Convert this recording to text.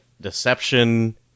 deception